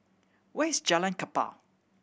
where is Jalan Kapal